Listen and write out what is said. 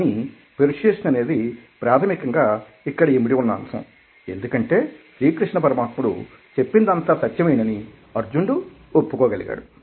కానీ పెర్సుయేసన్ అనేది ప్రాథమికంగా ఇక్కడ ఇమిడి ఉన్న అంశం ఎందుకంటే శ్రీకృష్ణ పరమాత్ముడు చెప్పినదంతా సత్యమేనని అర్జునుడు ఒప్పుకో గలిగాడు